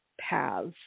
paths